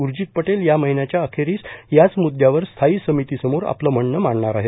उर्जीत पटेल या महिन्याच्या अखेरीस याच मुद्यावर स्थायी समितीसमोर आपलं म्हणणं मांडणार आहेत